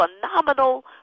phenomenal